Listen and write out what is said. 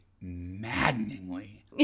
maddeningly